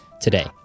today